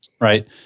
Right